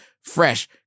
fresh